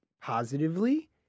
positively